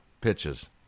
pitches